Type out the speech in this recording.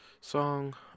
song